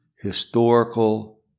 historical